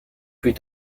plus